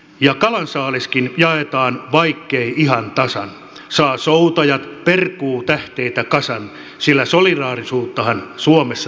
ja kalansaaliskin jaetaan vaikkei ihan tasan saa soutajat perkuutähteitä kasan sillä solidaarisuuttahan suomessa tarvitaan